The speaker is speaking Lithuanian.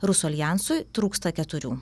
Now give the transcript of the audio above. rusų aljansui trūksta keturių